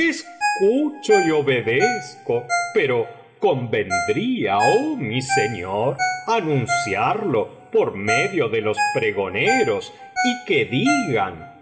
escucho y obedezco pero convendría oh mi señor anunciarlo por medio de los pregoneros y que digan